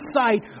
sight